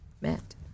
met